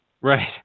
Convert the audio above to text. Right